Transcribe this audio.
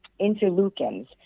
interleukins